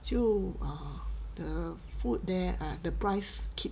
就 err the food there ah the price keep